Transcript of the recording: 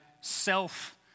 self